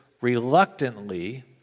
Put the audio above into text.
reluctantly